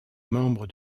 membre